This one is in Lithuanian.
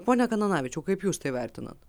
pone kananavičiau kaip jūs tai vertinat